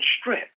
strength